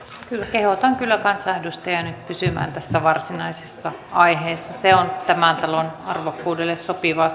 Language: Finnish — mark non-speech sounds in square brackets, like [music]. kehotan kyllä kansanedustajia nyt pysymään tässä varsinaisessa aiheessa se on tämän talon arvokkuudelle sopivaa [unintelligible]